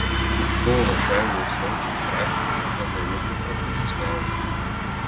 iš to rašeivos ilgo straipsnio tik pezaliukų kratinys gavosi